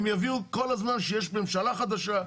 הם יביאו כל הזמן שיש ממשלה חדשה,